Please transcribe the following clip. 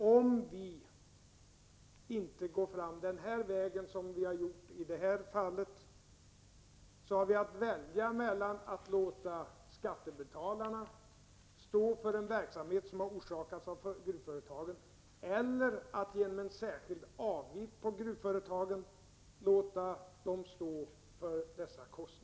Om vi inte går fram den väg som vi gjort i det här fallet har vi att välja mellan att låta skattebetalarna stå för kostnaderna för skador som har orsakats av gruvföretagen och att låta gruvföretagen göra det genom en särskild avgift.